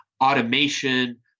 automation